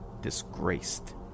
disgraced